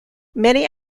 many